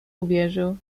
uwierzył